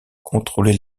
contrôlait